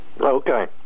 Okay